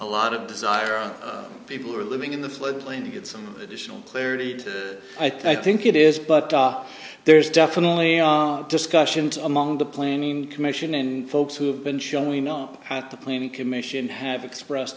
a lot of desire people are living in the floodplain to get some additional clarity to i think it is but there's definitely a discussion to among the planning commission and folks who have been showing up at the planning commission have express